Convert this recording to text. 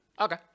Okay